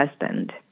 husband